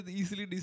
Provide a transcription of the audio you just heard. easily